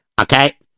Okay